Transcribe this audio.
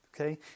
okay